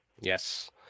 Yes